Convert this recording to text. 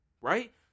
right